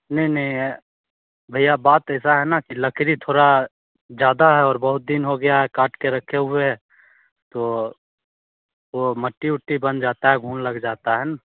नहीं नहीं भैया बात ऐसा है ना कि लकड़ी थोड़ा ज्यादा है और बहुत दिन हो गया है काट के रखे हुए है तो वो मट्टी उट्टी बन जाता है घुन लग जाता है न